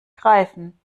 greifen